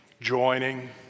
joining